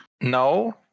No